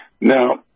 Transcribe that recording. Now